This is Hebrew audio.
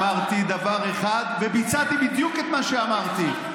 אני אמרתי דבר אחד וביצעתי בדיוק את מה שאמרתי.